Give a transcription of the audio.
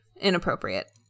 inappropriate